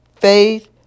Faith